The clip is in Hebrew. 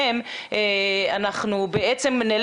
ומבחינת סוגי מצוקות אם המצוקה היא בדידות או דימוי עצמי נמוך,